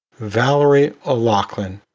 valerie o'loughlin.